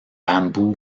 bamboo